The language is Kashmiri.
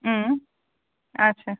اَچھا